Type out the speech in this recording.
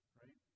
right